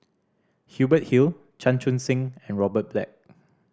Hubert Hill Chan Chun Sing and Robert Black